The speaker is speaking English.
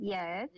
Yes